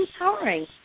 empowering